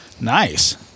Nice